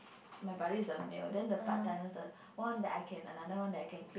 my buddy is a male then the part timers the one that I can another one that I can